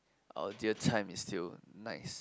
our dear time is still nice